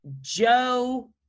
Joe